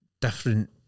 different